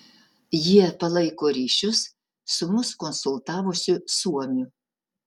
jie palaiko ryšius su mus konsultavusiu suomiu